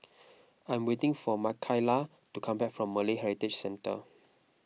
I am waiting for Makaila to come back from Malay Heritage Centre